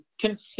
Consider